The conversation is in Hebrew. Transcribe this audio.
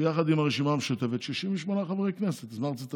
ויחד עם הרשימה המשותפת 68 חברי כנסת,